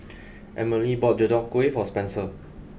Amelie bought Deodeok Gui for Spencer